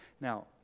Now